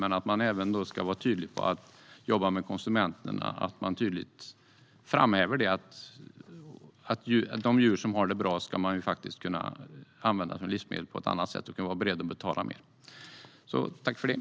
Men man ska även vara tydlig, jobba med konsumenterna och tydligt framhäva att de djur som har det bra ska man kunna använda som livsmedel på ett annat sätt så att konsumenterna är beredda att betala mer.